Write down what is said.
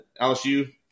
LSU